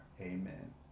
Amen